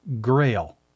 Grail